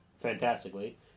fantastically